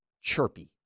chirpy